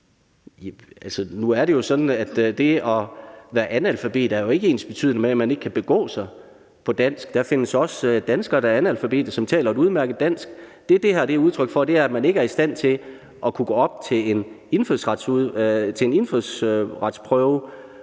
nu er det jo sådan, at det at være analfabet ikke er ensbetydende med, at man ikke kan begå sig på dansk. Der findes også danskere, der er analfabeter, og som taler et udmærket dansk. Det, som det her er handler om, er, at man ikke er i stand til at kunne gå op til en indfødsretsprøve,